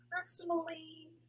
personally